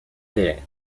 délais